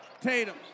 Tatum